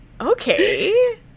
Okay